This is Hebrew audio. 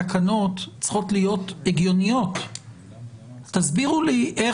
תקנות צריכות להיות הגיוניות .תסבירו לי,